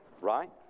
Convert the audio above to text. right